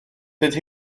dydy